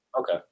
Okay